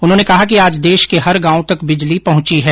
उन्होंने कहा कि आज देश के हर गांव तक बिजली पहुंची है